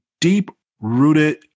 deep-rooted